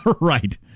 Right